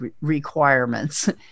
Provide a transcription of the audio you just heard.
requirements